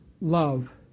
love